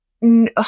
No